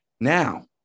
now